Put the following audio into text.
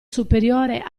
superiore